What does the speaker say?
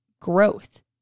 Growth